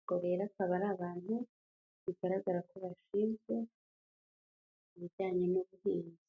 ubwo rero akaba ari abantu bigaragara ko bashinzwe ibijyanye n'ubuhinzi.